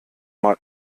mal